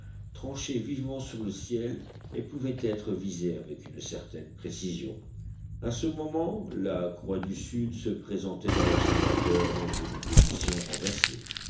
tranchait vivement sur le ciel et pouvait être visé avec une certaine précision à ce moment la croix du sud se présentait à l'observateur dans une position renversée